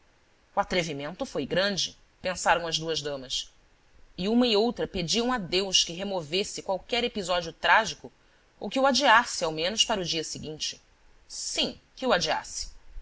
o atrevimento foi grande pensaram as duas damas e uma e outra pediam a deus que removesse qualquer episódio trágicoou que o adiasse ao menos para o dia seguinte sim que o adiasse